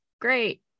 great